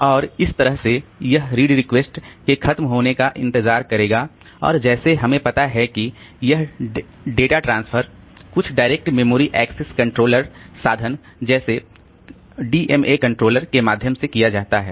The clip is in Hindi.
इसलिए और इस तरह से यह रीड रिक्वेस्ट के खत्म होने का इंतजार करेगा और जैसे हमें पता है कि यह डाटा ट्रांसफर कुछ डायरेक्ट मेमोरी एक्सेस कंट्रोलर साधन जैसे डीएमए कंट्रोलर के माध्यम से किया जाता है